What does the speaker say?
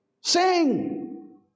Sing